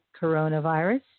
coronavirus